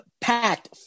packed